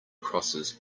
crosses